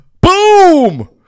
boom